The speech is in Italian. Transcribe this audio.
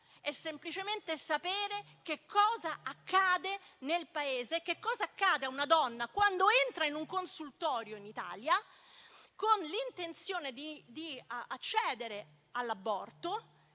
semplicemente di sapere cosa accade nel Paese e cosa accade a una donna quando entra in un consultorio in Italia, con l'intenzione di accedere all'aborto.